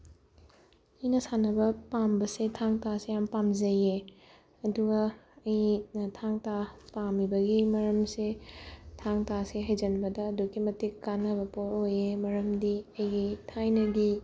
ꯑꯩꯅ ꯁꯥꯟꯅꯕ ꯄꯥꯝꯕꯁꯦ ꯊꯥꯡ ꯇꯥꯁꯦ ꯌꯥꯝ ꯄꯥꯝꯖꯩꯌꯦ ꯑꯗꯨꯒ ꯑꯩꯅ ꯊꯥꯡ ꯇꯥ ꯄꯥꯝꯃꯤꯕꯒꯤ ꯃꯔꯝꯁꯦ ꯊꯥꯡ ꯇꯥꯁꯦ ꯍꯩꯖꯤꯟꯕꯗ ꯑꯗꯨꯛꯀꯤ ꯃꯇꯤꯛ ꯀꯥꯟꯅꯕ ꯄꯣꯠ ꯑꯣꯏꯌꯦ ꯃꯔꯝꯗꯤ ꯑꯩꯒꯤ ꯊꯥꯏꯅꯒꯤ